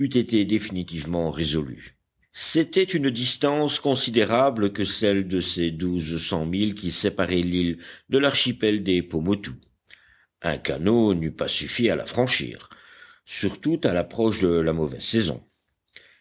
été définitivement résolue c'était une distance considérable que celle de ces douze cents milles qui séparaient l'île de l'archipel des pomotou un canot n'eût pas suffi à la franchir surtout à l'approche de la mauvaise saison